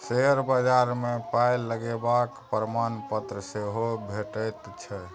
share बजार मे पाय लगेबाक प्रमाणपत्र सेहो भेटैत छै